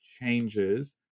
changes